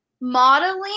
Modeling